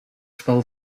spel